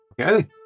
Okay